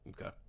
Okay